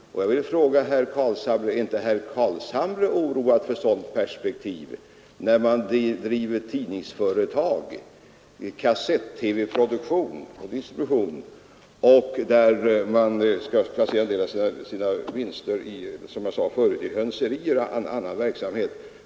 Jag vill fråga herr Carlshamre: Är inte herr Carlshamre oroad för ett sådant perspektiv där tidningsföretag bedriver kasett-TV-produktion och distribution och där man får sådana svårigheter med sina vinster så att man placerar en del av sina vinster i hönserier och annan verksamhet?